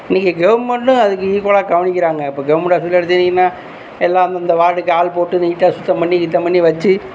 இன்னைக்கு கவர்மென்ட்டும் அதுக்கு ஈகுவலாக கவனிக்குறாங்க இப்போ கவர்மென்ட் ஆஸ்பத்திரியை எடுத்துக்கிட்டிங்கனா எல்லாம் அந்தந்த வார்டுக்கு ஆள் போட்டு நீட்டாக சுத்தம் பண்ணி கித்தம் பண்ணி வச்சு